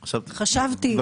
חשבתי,